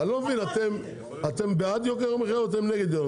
אני לא מבין, אתם בעד יוקר המחייה או אתם נגד?